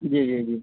جی جی جی